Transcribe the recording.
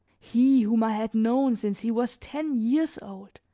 he whom i had known since he was ten years old,